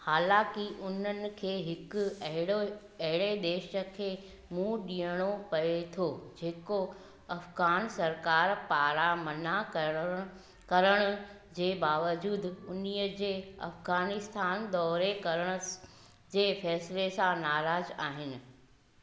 हालाकि उन्हनि खे हिकु अहिड़ो अहिड़े देश खे मुंहुं डि॒यणो पए थो जेको अफ़ग़ान सरकार पारां मना करण करण जे बावजूदु उन्हीअ जे अफ़ग़ानिस्तान दौरे करण जे फ़ैसिले सां नाराज़ आहिनि